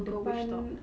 depan